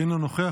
אינו נוכח,